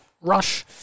Rush